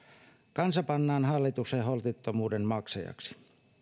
kansa pannaan hallituksen holtittomuuden maksajaksi